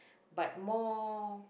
but more